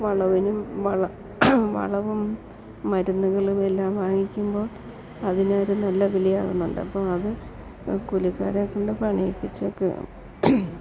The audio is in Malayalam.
വളവിനും വള വളവും മരുന്നുകളുമെല്ലാം വാങ്ങിക്കുമ്പോൾ അതിനൊരു നല്ല വിലയാകുന്നുണ്ട് അപ്പോൾ അത് കൂലിക്കാരെക്കൊണ്ട് പണിയിപ്പിച്ചൊക്കെ